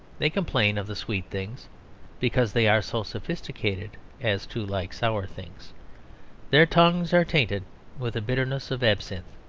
they complain of the sweet things because they are so sophisticated as to like sour things their tongues are tainted with the bitterness of absinthe.